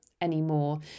anymore